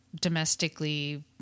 domestically